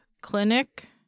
Clinic